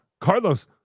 Carlos